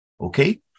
Okay